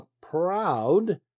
proud